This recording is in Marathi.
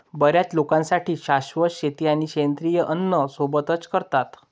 बर्याच लोकांसाठी शाश्वत शेती आणि सेंद्रिय अन्न सोबतच करतात